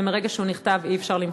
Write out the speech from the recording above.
ומרגע שהוא נכתב אי-אפשר למחוק.